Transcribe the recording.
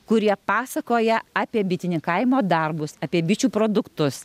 kurie pasakoja apie bitininkavimo darbus apie bičių produktus